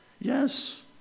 Yes